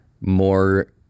more